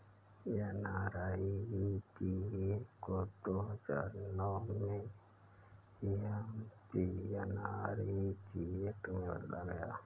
NREGA को दो हजार नौ में एम.जी.एन.आर.इ.जी एक्ट में बदला गया